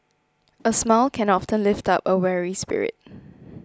a smile can often lift up a weary spirit